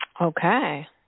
Okay